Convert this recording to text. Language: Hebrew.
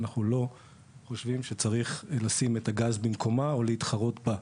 אנחנו לא חושבים שצריך לשים את הגז במקומה או להתחרות בה,